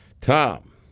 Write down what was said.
Tom